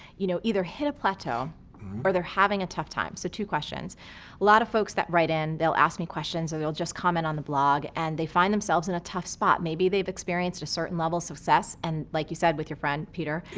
you know, either hit a plateau or they're having a tough time. so two questions. a lot of folks that write in, they'll ask me questions or they'll just comment on the blog, and they find themselves in a tough spot. maybe they've experienced a certain level of success and, like you said with your friend peter,